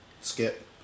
Skip